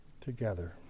together